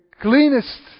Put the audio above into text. cleanest